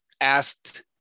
asked